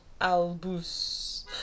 Albus